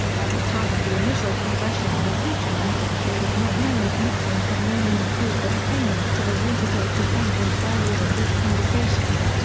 at the time of the initial congressional impeachment, it was not known if nixon had known and approved of the payments to the watergate defendants earlier than this conversation.